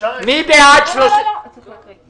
צריך להקריא.